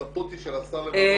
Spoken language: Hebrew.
הסמכות היא של השר למנות.